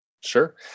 Sure